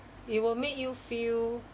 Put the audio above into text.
it will make you feel